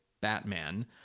Batman